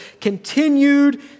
continued